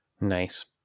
Nice